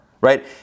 right